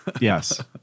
Yes